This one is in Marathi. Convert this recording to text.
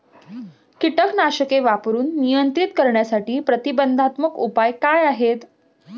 कीटकनाशके वापरून नियंत्रित करण्यासाठी प्रतिबंधात्मक उपाय काय आहेत?